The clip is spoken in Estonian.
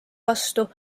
vastu